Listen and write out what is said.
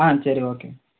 ஆ சரி ஓகே